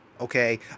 Okay